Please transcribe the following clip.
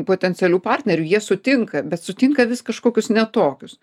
potencialių partnerių jie sutinka bet sutinka vis kažkokius ne tokius